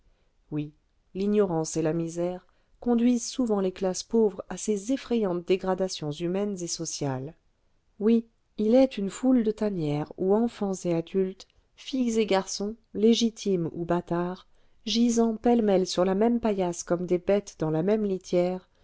oui l'ignorance et la misère conduisent souvent les classes pauvres à ces effrayantes dégradations humaines et sociales oui il est une foule de tanières où enfants et adultes filles et garçons légitimes ou bâtards gisant pêle-mêle sur la même paillasse comme des bêtes dans la même litière